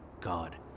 God